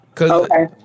Okay